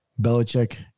Belichick